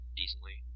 decently